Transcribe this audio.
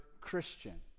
christian